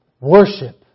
Worship